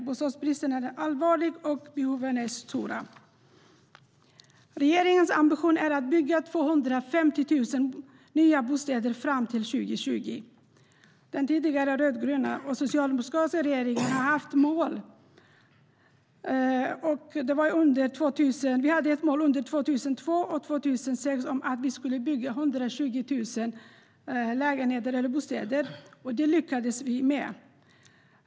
Bostadsbristen är allvarlig och behoven stora. Regeringens ambition är att bygga 250 000 nya bostäder fram till 2020. Tidigare rödgröna och socialdemokratiska regeringar har haft mål för byggandet. För tiden 2002-2006 hade vi ett mål att bygga 120 000 lägenheter. Det lyckades vi med.